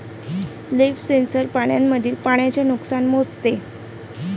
leaf sensor पानांमधील पाण्याचे नुकसान मोजते